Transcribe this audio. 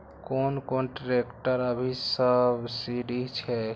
कोन कोन ट्रेक्टर अभी सब्सीडी छै?